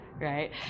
right